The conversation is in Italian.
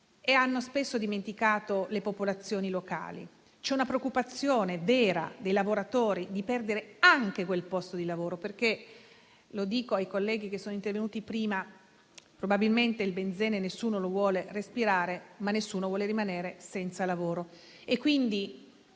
e hanno spesso dimenticato le popolazioni locali. C'è una preoccupazione vera dei lavoratori di perdere anche quel posto di lavoro, perché - lo dico ai colleghi che sono intervenuti prima - probabilmente nessuno vuole respirare il benzene, ma nessuno vuole rimanere senza lavoro,